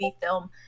film